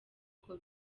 uko